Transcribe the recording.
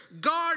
guard